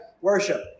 worship